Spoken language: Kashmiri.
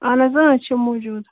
اہن حظ اۭں اَسہِ چھِ موٗجوٗد